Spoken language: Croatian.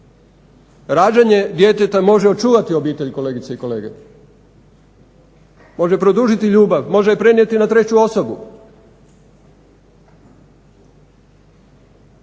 rađanje djeteta može očuvati obitelj kolegice i kolege, može produžiti ljubav, može je prenijeti na treću osobu.